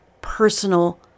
personal